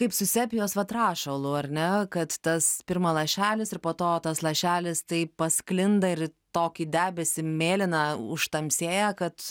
kaip su sepijos vat rašalu ar ne kad tas pirma lašelis ir po to tas lašelis taip pasklinda ir tokį debesį mėlyną užtamsėja kad